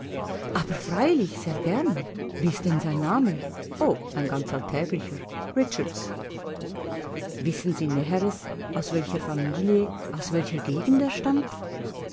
aber freilich sehr gern wie ist denn sein name o ein ganz alltäglicher richards wissen sie näheres aus welcher familie aus welcher gegend er stammt